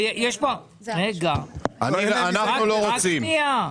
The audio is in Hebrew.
אנחנו לא רוצים.